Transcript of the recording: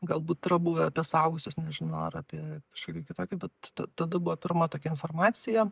galbūt yra buvę apie suaugusius nežinau ar apie kažkokį kitokį bet tada buvo pirma tokia informacija